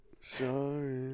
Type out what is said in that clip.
Sorry